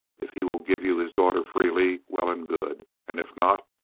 if he will give you his daughter freely, well and good and if not,